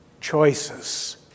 Choices